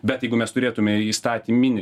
bet jeigu mes turėtume įstatyminį